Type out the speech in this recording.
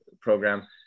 program